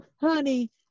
honey